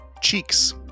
Cheeks